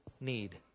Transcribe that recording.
need